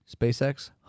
SpaceX